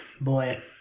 boy